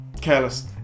Careless